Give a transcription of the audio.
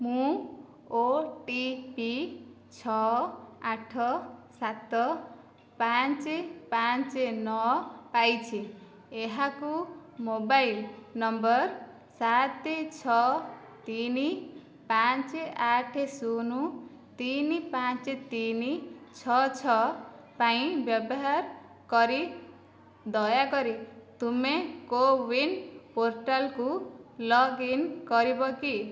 ମୁଁ O T P ଛଅ ଆଠ ସାତ ପାଞ୍ଚେ ପାଞ୍ଚେ ନଅ ପାଇଛି ଏହାକୁ ମୋବାଇଲ୍ ନମ୍ବର୍ ସାତେ ଛଅ ତିନି ପାଞ୍ଚେ ଆଠେ ଶୂନ ତିନି ପାଞ୍ଚ ତିନି ଛଅ ଛଅ ପାଇଁ ବ୍ୟବହାର କରି ଦୟାକରି ତୁମେ କୋୱିନ୍ ପୋର୍ଟାଲ୍କୁ ଲଗ୍ଇନ୍ କରିବ କି